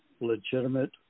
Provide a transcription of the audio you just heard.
legitimate